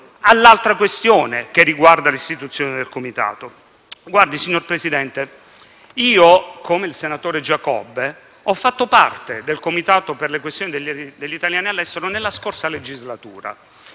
all'altra questione che riguarda l'istituzione del Comitato. Signor Presidente, anch'io, come il senatore Giacobbe, ho fatto parte del Comitato per le questioni degli italiani all'estero nella scorsa legislatura.